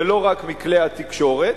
ולא רק מכלי התקשורת,